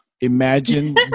imagine